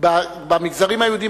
במגזרים היהודיים,